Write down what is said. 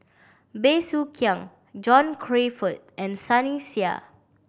Bey Soo Khiang John Crawfurd and Sunny Sia